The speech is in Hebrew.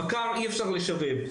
בקר אי אפשר לשבב.